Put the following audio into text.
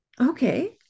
Okay